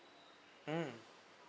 um